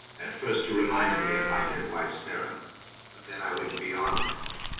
at first you reminded me of my dead wife sarah but then i went beyond that